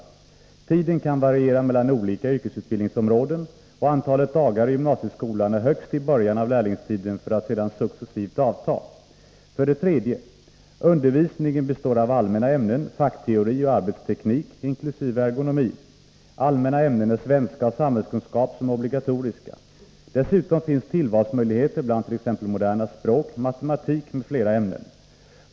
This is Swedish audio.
Tiden kan variera mellan olika yrkesutbildningsområden. Antalet dagar i gymnasieskolan är högst i början av lärlingstiden för att sedan successivt avta. 3. Undervisningen består av allmänna ämnen, fackteori och arbetsteknik, inkl. ergonomi. Allmänna ämnen är svenska och samhällskunskap, som är obligatoriska. Dessutom finns tillvalsmöjligheter bland t.ex. moderna språk, matematik m.fl. ämnen.